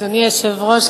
אדוני היושב-ראש,